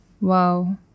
Wow